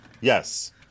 yes